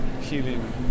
healing